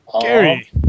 Gary